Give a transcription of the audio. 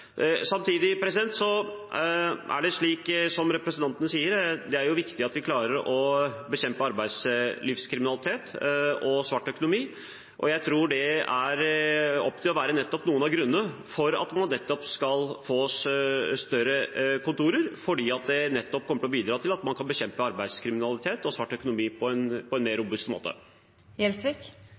er det viktig, som representanten Gjelsvik sa, at vi klarer å bekjempe arbeidslivskriminalitet og svart økonomi. En av grunnene til at man skal ha større kontorer, er nettopp at det vil bidra til at man kan bekjempe arbeidslivskriminalitet og svart økonomi på en mer robust måte. Med det forslaget som foreligger, vil en